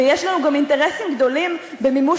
ויש לנו גם אינטרסים גדולים במימוש